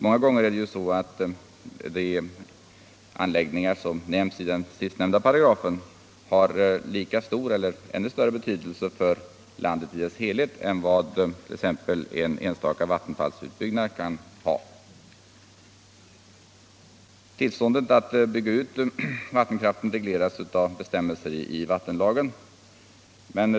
Många gånger har de anläggningar som nämns i den paragrafen lika stor eller större betydelse för landet i dess helhet än vad en enstaka vattenfallsutbyggnad har. Tillståndet att bygga ut vattenkraften regleras av bestämmelser i vattenlagen.